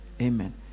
amen